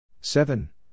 Seven